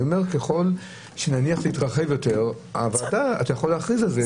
ככל שנתרחב יותר, אתה יכול להכריז על זה.